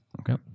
Okay